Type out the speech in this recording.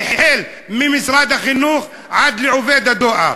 ממשרד החינוך עד לעובד הדואר.